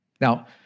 Now